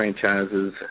franchises